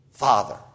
father